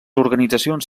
organitzacions